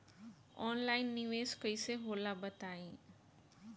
Online निवेस कइसे होला बताईं?